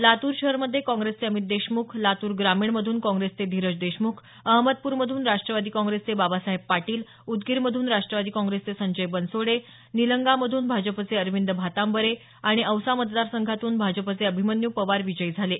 लातूर शहरमध्ये काँग्रेसचे अमित देशमुख लातूर ग्रामीणमधून काँग्रेसचे धीरज देशमुख अहमदपूरमधून राष्ट्रवादी काँग्रेसचे बाबासाहेब पाटील उदगीरमधून राष्ट्रवादी काँग्रेसचे संजय बनसोडे निलंगा मधून भाजपचे अरविंद भातांबरे आणि औसा मतदार संघातून भाजपचे अभिमन्यू पवार विजयी झाले आहेत